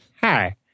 Hi